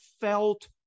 felt